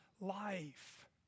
life